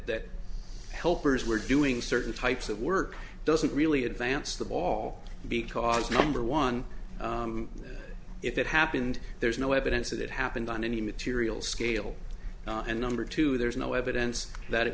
that helpers were doing certain types of work doesn't really advance the ball because number one if it happened there's no evidence that it happened on any material scale and number two there's no evidence that it